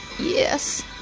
Yes